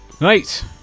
Right